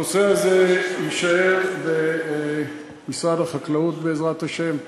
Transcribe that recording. הנושא הזה יישאר במשרד החקלאות, בעזרת השם,